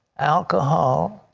alcohol,